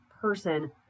person